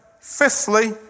Fifthly